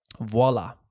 Voila